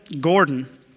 Gordon